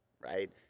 right